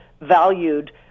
valued